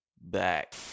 Back